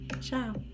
Ciao